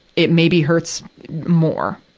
it maybe hurts more.